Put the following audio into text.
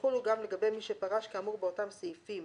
יחולו גם לגבי מי שפרש כאמור באותם סעיפים